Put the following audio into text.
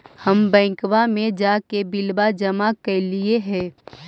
हम बैंकवा मे जाके बिलवा जमा कैलिऐ हे?